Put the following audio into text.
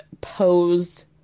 posed